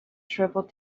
shriveled